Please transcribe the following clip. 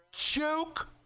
joke